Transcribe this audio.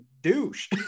Douche